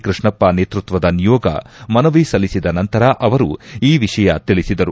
ಕೃಷ್ಣಪ್ಪ ನೇತೃತ್ವದ ನಿಯೋಗ ಮನವಿ ಸಲ್ಲಿಸಿದ ನಂತರ ಅವರು ಈ ವಿಷಯ ತಿಳಿಸಿದರು